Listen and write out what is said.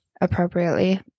appropriately